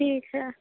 ठीक है